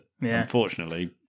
unfortunately